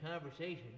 conversation